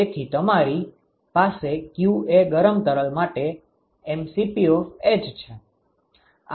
તેથી તમારી પાસે q એ ગરમ તરલ માટે h છે